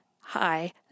hi